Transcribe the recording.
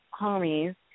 homies